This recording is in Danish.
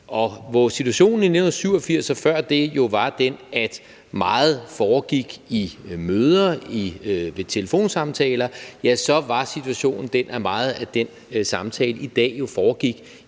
Hvor situationen i 1987 og før det jo var den, at meget foregik i møder og i telefonsamtaler, så foregår meget af den samtale i dag i